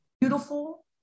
beautiful